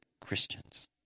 Christians